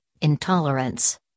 intolerance